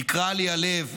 נקרע לי הלב",